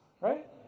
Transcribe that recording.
right